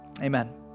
amen